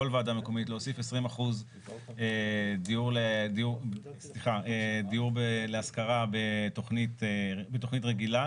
להוסיף עד 20% דיור בהישג יד.